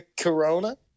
Corona